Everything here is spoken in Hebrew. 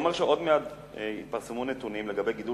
הוא אומר שעוד מעט יתפרסמו נתונים על גידול